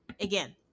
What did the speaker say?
Again